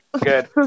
Good